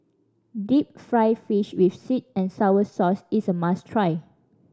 deep fried fish with sweet and sour sauce is a must try